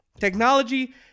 technology